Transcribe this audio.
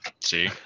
See